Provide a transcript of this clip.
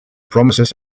promises